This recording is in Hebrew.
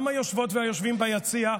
גם היושבות והיושבים ביציע,